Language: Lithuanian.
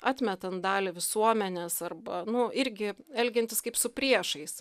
atmetant dalį visuomenės arba nu irgi elgiantis kaip su priešais